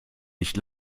nicht